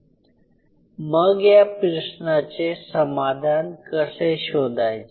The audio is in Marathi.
पण मग या प्रश्नाचे समाधान कसे शोधायचे